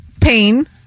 Pain